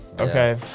okay